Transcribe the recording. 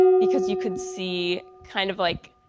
because you could see kind of like,